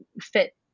fit